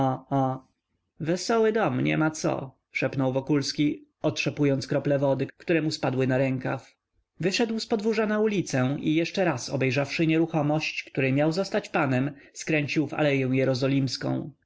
wesoły dom nie ma co szepnął wokulski otrzepując krople wody które mu spadły na rękaw wyszedł z podwórza na ulicę i jeszcze raz obejrzawszy nieruchomość której miał zostać panem skręcił w aleję jerozolimską